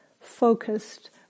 focused